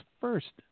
first